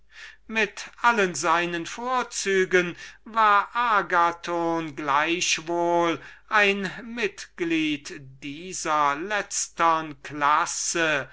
mit allen seinen vorzügen war agathon doch in eben dieser klasse